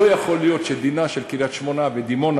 לא יכול להיות שדינן של קריית-שמונה ודימונה,